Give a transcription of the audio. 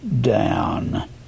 down